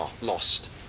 lost